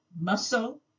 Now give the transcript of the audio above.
muscle